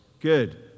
Good